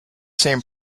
same